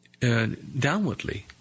downwardly